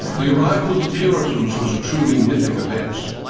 the arrival of the puritans was a truly mythic event.